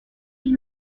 six